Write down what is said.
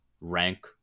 rank